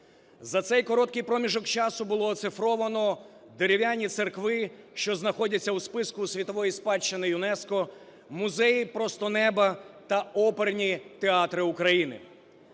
За цей короткий проміжок часу було оцифровано дерев'яні церкви, що знаходяться у списку світової спадщини ЮНЕСКО, музеї просто неба та оперні театри України.